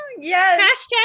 Yes